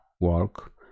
work